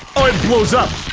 oh it blows up.